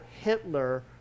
Hitler